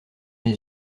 les